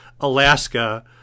Alaska